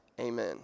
Amen